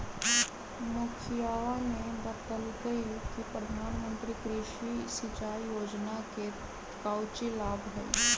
मुखिवा ने बतल कई कि प्रधानमंत्री कृषि सिंचाई योजना के काउची लाभ हई?